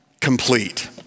complete